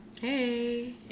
Hey